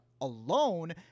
alone